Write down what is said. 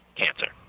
cancer